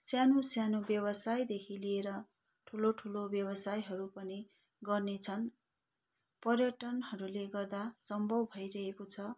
सानो सानो व्यवसायदेखि लिएर ठुलो ठुलो व्यवसायहरू पनि गर्ने छन् पर्यटनहरूले गर्दा सम्भव भइरहेको छ